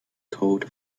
code